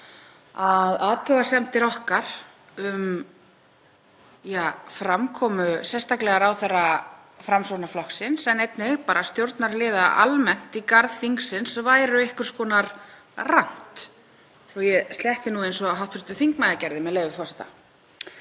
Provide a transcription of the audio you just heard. að athugasemdir okkar um framkomu sérstaklega ráðherra Framsóknarflokksins en einnig bara stjórnarliða almennt í garð þingsins væru einhvers konar „rant“, svo ég sletti nú eins og hv. þingmaður gerði, með leyfi forseta.